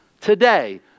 Today